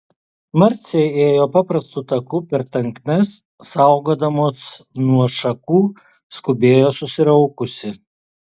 marcė ėjo paprastu taku per tankmes saugodamos nuo šakų skubėjo susiraukusi